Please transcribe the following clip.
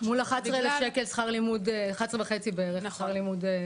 מול 11 אלף שקל שכר לימוד, 11.5 בערך שכר לימוד.